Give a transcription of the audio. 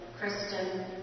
Kristen